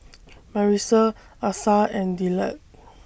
Marisa Asa and Dillard